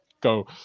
go